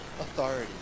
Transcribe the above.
authority